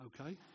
Okay